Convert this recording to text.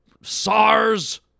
SARS